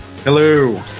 Hello